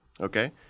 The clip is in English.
Okay